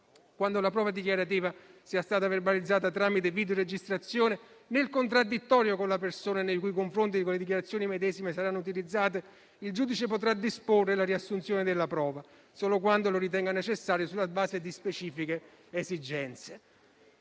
Quando la prova dichiarativa sia stata verbalizzata tramite videoregistrazione nel contraddittorio con la persona nei cui confronti le dichiarazioni medesime saranno utilizzate, il giudice potrà disporre la riassunzione della prova solo quando lo ritenga necessario sulla base di specifiche esigenze.